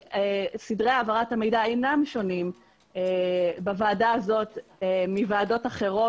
וסדרי העברת המידע אינם שונים בוועדה הזאת מוועדות אחרות